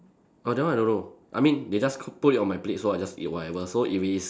oh that one I don't know I mean they just c~ put it on my plate so I just eat whatever so if it is